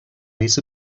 reads